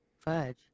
fudge